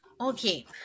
okay